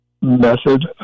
method